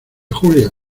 julia